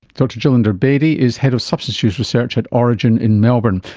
dr gillinder bedi is head of substance use research at orygen in melbourne,